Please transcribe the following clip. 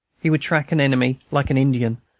he would track an enemy like an indian,